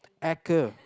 aca~